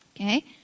Okay